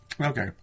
Okay